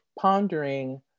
pondering